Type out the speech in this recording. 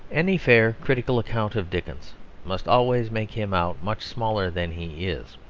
any fair critical account of dickens must always make him out much smaller than he is.